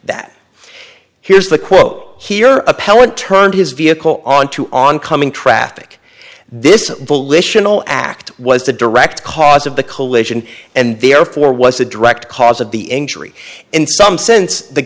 that here's the quote here appellant turned his vehicle onto oncoming traffic this volitional act was the direct cause of the collision and therefore was the direct cause of the injury in some sense the